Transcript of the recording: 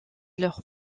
leur